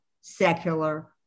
secular